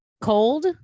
cold